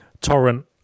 Torrent